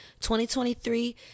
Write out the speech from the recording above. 2023